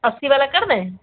अस्सी वाला कर दें